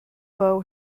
beau